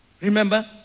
Remember